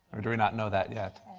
or do we not know that yet?